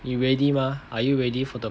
you ready mah are you ready for the